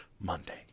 Monday